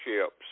ships